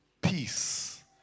peace